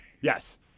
Yes